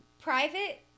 private